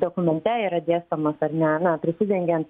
dokumente yra dėstomas ar ne na prisidengiant